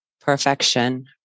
perfection